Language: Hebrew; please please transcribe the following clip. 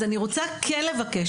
אז אני רוצה כן לבקש,